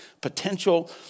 potential